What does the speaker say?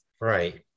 Right